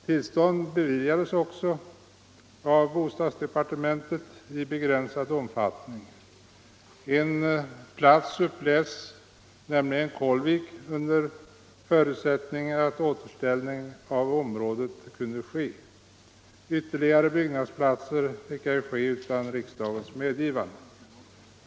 Tillstånd beviljades också av bostadsdepartementet i begränsad omfattning. En plats uppläts, nämligen Kålvik, under förutsättning att återställning av området kunde ske. Ytterligare byggnadsplatser fick ej anläggas utan riksdagens medgivande.